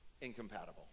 Incompatible